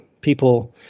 people